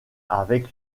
avec